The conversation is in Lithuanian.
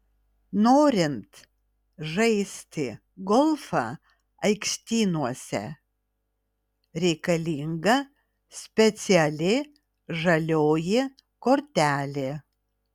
norint žaisti golfą aikštynuose reikalinga speciali žalioji kortelė